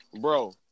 bro